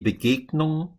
begegnung